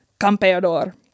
Campeador